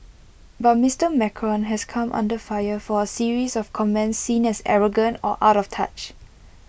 but Mister Macron has come under fire for A series of comments seen as arrogant or out of touch